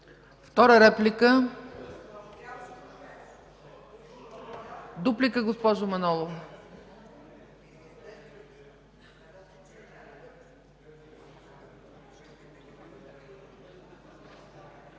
Втора реплика? Дуплика, госпожо Манолова.